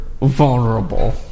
vulnerable